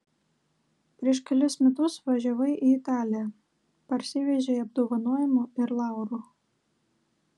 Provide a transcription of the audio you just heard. prieš kelis metus važiavai į italiją parsivežei apdovanojimų ir laurų